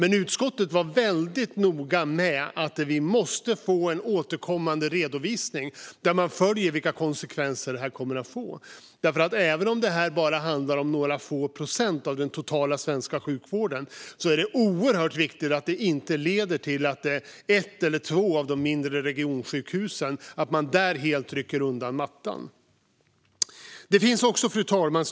I utskottet var vi dock väldigt noga med att vi måste få en återkommande redovisning där det följs upp vilka konsekvenser detta kommer att få. Även om det bara handlar om några få procent av den totala svenska sjukvården är det nämligen oerhört viktigt att det inte leder till att man helt rycker undan mattan för ett eller två av de mindre regionsjukhusen. Fru talman!